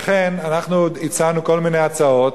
לכן הצענו כל מיני הצעות,